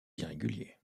irréguliers